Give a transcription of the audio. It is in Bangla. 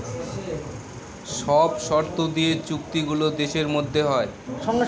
সব শর্ত দিয়ে চুক্তি গুলো দেশের মধ্যে হয়